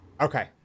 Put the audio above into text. Okay